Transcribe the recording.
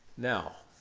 now,